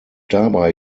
dabei